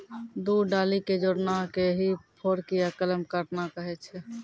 दू डाली कॅ जोड़ना कॅ ही फोर्क या कलम काटना कहै छ